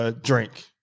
drink